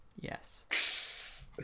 Yes